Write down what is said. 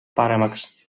paremaks